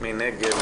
מי נגד?